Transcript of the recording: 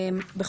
התשע"ב-2012,